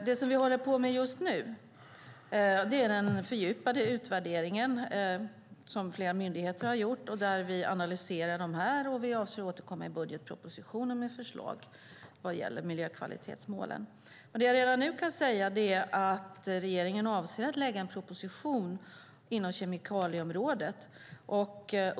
Det vi just nu håller på med är den fördjupade utvärdering som flera myndigheter har gjort. Vi analyserar dem och avser att återkomma i budgetpropositionen med förslag vad gäller miljökvalitetsmålen. Redan nu kan jag säga att regeringen avser att lägga fram en proposition inom kemikalieområdet.